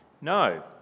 No